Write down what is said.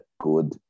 good